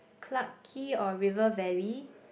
Clarke-Quay or River-Valley